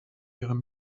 ihre